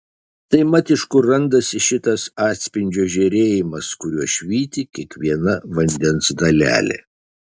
tai mat iš kur randasi šitas atspindžio žėrėjimas kuriuo švyti kiekviena vandens dalelė